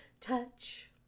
touch